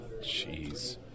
Jeez